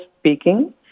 speaking